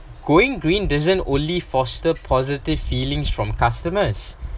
going green doesn't only foster positive feelings from customers